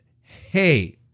hey